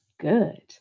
good